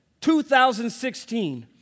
2016